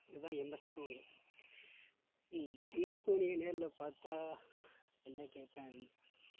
அது தான் எம்எஸ்தோனி எம்எஸ்தோனிய நேர்ல பார்த்தா என்ன கேப்பன்